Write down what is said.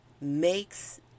makes